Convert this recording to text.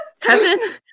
kevin